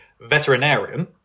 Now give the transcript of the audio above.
veterinarian